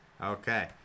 Okay